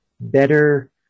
better